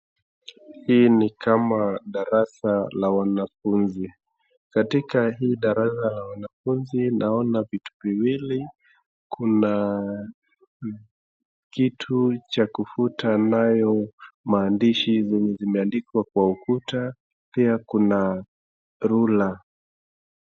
Hii ni kama darasa la wanafunzi. Katika hii darasa la wanafunzi naona vitu viwili, kuna kitu cha kufuta nayo maandishi zenye zimeandikwa kwa ukuta, pia kuna ruler .